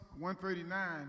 139